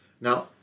Now